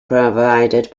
provided